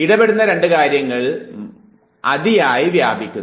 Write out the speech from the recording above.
ഇടപെടുന്ന രണ്ടു കാര്യങ്ങൾ അതിയായി വ്യാപിക്കുന്നു